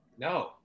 No